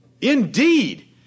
Indeed